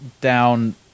down